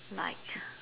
like